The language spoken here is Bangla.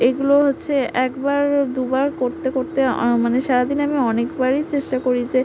এগুলো হচ্ছে একবার দুবার করতে করতে মানে সারা দিন আমি অনেক বারই চেষ্টা করি যে